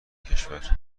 کشور